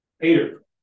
Peter